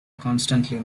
constantly